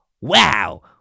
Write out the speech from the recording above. wow